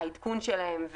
שהעדכון שלהן,